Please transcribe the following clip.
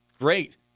Great